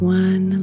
one